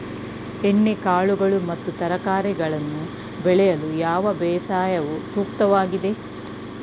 ಎಣ್ಣೆಕಾಳುಗಳು ಮತ್ತು ತರಕಾರಿಗಳನ್ನು ಬೆಳೆಯಲು ಯಾವ ಬೇಸಾಯವು ಸೂಕ್ತವಾಗಿದೆ?